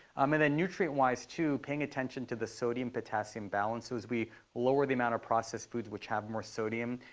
um and then nutrient-wise, too, paying attention to the sodium-potassium balance, so as we lower the amount of processed foods, which have more sodium,